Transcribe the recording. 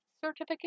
certificate